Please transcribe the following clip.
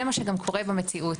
זה מה שקורה גם במציאות.